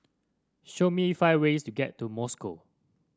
show me five ways to get to Moscow